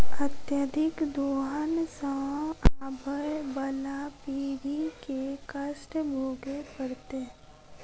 अत्यधिक दोहन सँ आबअबला पीढ़ी के कष्ट भोगय पड़तै